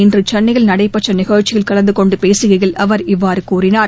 இன்று சென்னையில் நடைபெற்ற நிகழ்ச்சியில் கலந்து கொண்டு பேசுகையில் அவர் இவ்வாறு கூறினார்